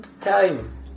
time